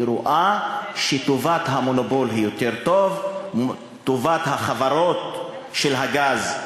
שרואה שטובת המונופול, טובת חברות הגז,